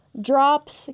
drops